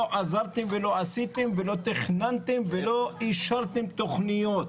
עזרתם ולא עשיתם ולא תכננתם ולא אישרתם תכניות.